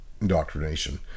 indoctrination